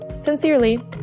Sincerely